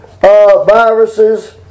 Viruses